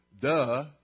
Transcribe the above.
Duh